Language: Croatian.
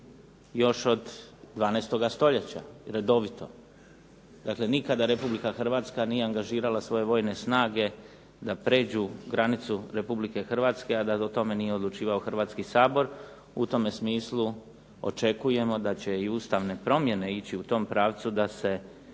još od 12. stoljeća redovito. Dakle, nikada Republika Hrvatska nije angažirala svoje vojne snage da pređu granicu Republike Hrvatske a da o tome nije odlučivao Hrvatski sabor. U tome smislu očekujemo da će i ustavne promjene ići u tom pravcu da se